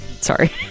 Sorry